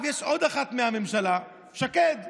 שיכולה לשמן יישובים מסוימים ופעולות מסוימות,